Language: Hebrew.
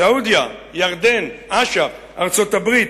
סעודיה, ירדן, אש"ף, ארצות-הברית,